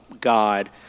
God